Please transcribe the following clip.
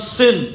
sin